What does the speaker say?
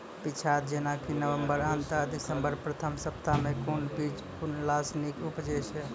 पीछात जेनाकि नवम्बर अंत आ दिसम्बर प्रथम सप्ताह मे कून बीज बुनलास नीक उपज हेते?